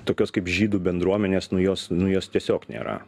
tokios kaip žydų bendruomenės nu jos nu jos tiesiog nėra